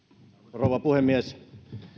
rouva puhemies